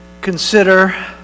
consider